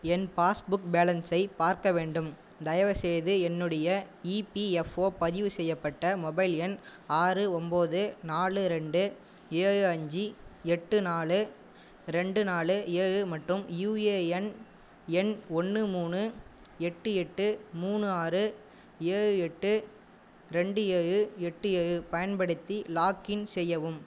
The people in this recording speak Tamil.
என் பாஸ்புக் பேலன்ஸை பார்க்க வேண்டும் தயவுசெய்து என்னுடைய இபிஎஃப்ஓ பதிவு செய்யப்பட்ட மொபைல் எண் ஆறு ஒம்போது நாலு ரெண்டு ஏழு அஞ்சு எட்டு நாலு ரெண்டு நாலு ஏழு மற்றும் யுஏஎன் எண் ஒன்று மூணு எட்டு எட்டு மூணு ஆறு ஏழு எட்டு ரெண்டு ஏழு எட்டு ஏழு பயன்படுத்தி லாக்இன் செய்யவும்